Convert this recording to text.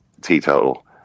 teetotal